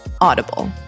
Audible